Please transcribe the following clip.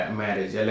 marriage